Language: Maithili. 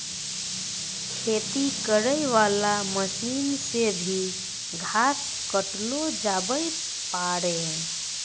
खेती करै वाला मशीन से भी घास काटलो जावै पाड़ै